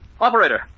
operator